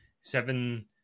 Seven